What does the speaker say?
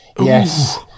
yes